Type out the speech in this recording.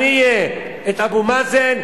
הנייה את אבו מאזן?